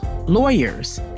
lawyers